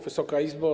Wysoka Izbo!